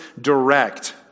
direct